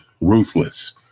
ruthless